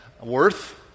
worth